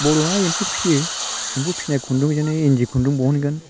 बर'आ एम्फौ फिसियो एम्फौ फिसिनाय खुन्दुंजोंनो इन्दि खुन्दुं बहनगोन